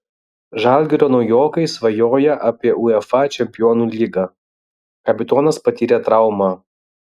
žalgirio naujokai svajoja apie uefa čempionų lygą kapitonas patyrė traumą